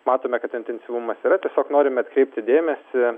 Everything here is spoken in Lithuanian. matome kad intensyvumas yra tiesiog norime atkreipti dėmesį